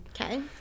Okay